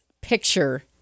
picture